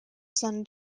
son